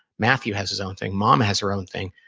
matthew has his own thing, mom has her own thing.